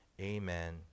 amen